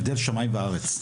הבדל שמיים וארץ,